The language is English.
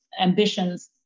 ambitions